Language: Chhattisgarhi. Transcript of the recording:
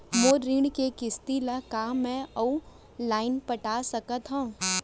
मोर ऋण के किसती ला का मैं अऊ लाइन पटा सकत हव?